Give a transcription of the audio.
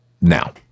now